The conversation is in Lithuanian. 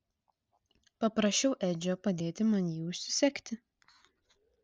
paprašiau edžio padėti man jį užsisegti